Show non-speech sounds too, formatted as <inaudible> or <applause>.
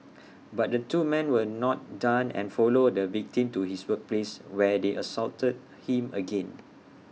<noise> but the two man were not done and followed the victim to his workplace where they assaulted him again